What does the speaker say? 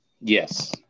Yes